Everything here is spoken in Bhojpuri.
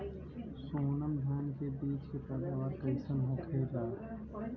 सोनम धान के बिज के पैदावार कइसन होखेला?